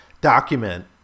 document